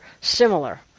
similar